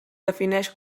defineix